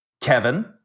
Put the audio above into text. Kevin